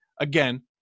Again